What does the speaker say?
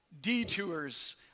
detours